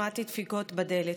שמעתי דפיקות בדלת,